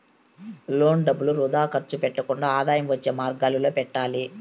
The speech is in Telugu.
లోన్ డబ్బులు వృథా ఖర్చు పెట్టకుండా ఆదాయం వచ్చే మార్గాలలో పెట్టాలి